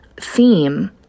theme